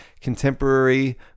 contemporary